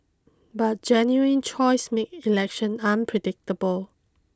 but genuine choice make election unpredictable